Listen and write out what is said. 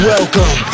Welcome